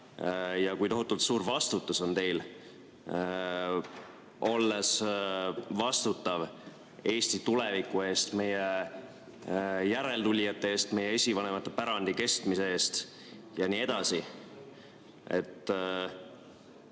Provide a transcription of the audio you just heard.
ja kui tohutult suur vastutus on teil, olles vastutav Eesti tuleviku eest, meie järeltulijate eest, meie esivanemate pärandi kestmise eest jne. Minu